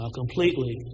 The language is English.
completely